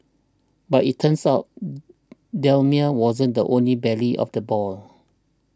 but it turns out Daimler wasn't the only belle of the ball